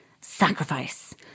sacrifice